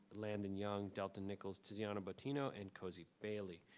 landon young, delta nichols tiziano bertino and cozy bailey.